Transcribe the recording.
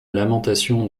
lamentation